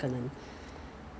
yah other products placenta